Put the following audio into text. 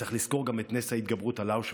צריך לזכור גם את נס ההתגברות על אושוויץ,